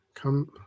Come